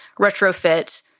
retrofit